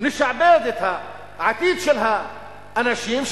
נשעבד את העתיד של האנשים,